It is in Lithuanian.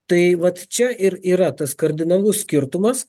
tai vat čia ir yra tas kardinalus skirtumas